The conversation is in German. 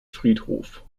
friedhof